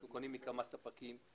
אנחנו קונים מכמה ספקים.